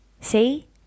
See